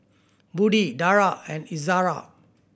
Budi Dara and Izara